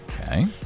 Okay